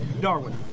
Darwin